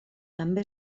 també